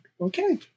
Okay